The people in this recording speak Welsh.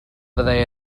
fyddai